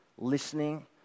Listening